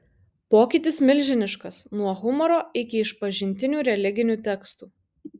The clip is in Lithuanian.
pokytis milžiniškas nuo humoro iki išpažintinių religinių tekstų